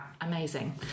Amazing